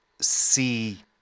see